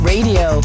Radio